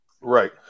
Right